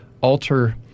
alter